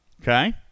Okay